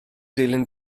dilyn